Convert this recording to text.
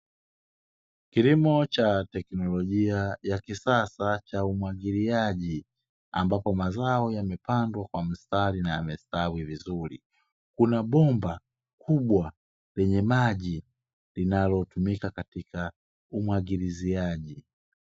Kilimo cha teknolojia ya kisasa cha umwagiliaji, ambapo mazao yamepandwa kwa mstari na yamestawi vizuri, kuna bomba kubwa lenye maji linalotumika katika umwagiliziaji.